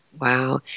Wow